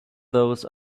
those